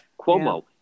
Cuomo